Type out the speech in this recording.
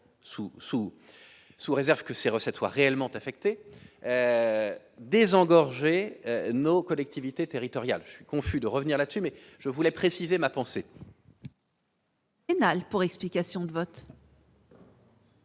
sous réserve que ces recettes soient réellement affectés désengorger nos collectivités territoriales, je suis confus de revenir là-dessus, mais je voulais préciser ma pensée. Pour explication de vote.